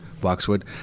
boxwood